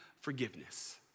forgiveness